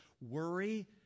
Worry